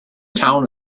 town